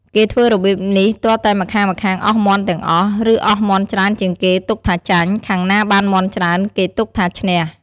គេធ្វើរបៀបនេះទាល់តែម្ខាងៗអស់មាន់ទាំងអស់ ឬអស់មាន់ច្រើនជាងគេទុកថាចាញ់ ខាងណាបានមាន់ច្រើនគេទុកថាឈ្នះ ។